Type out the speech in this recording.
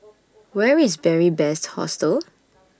Where IS Beary Best Hostel